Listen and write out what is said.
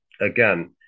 Again